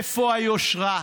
איפה היושרה?